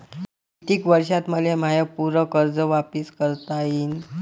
कितीक वर्षात मले माय पूर कर्ज वापिस करता येईन?